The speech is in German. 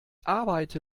arbeite